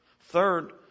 Third